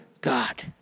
God